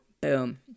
boom